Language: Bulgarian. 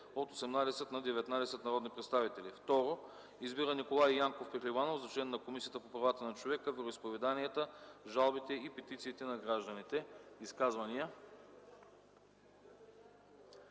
от 18 на 19 народни представители. 2. Избира Николай Янков Пехливанов за член на Комисията по правата на човека, вероизповеданията, жалбите и петициите на гражданите.” Изказвания?